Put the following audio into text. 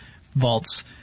vaults